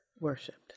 worshipped